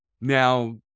Now